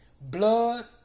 Blood